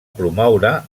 promoure